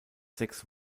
sechs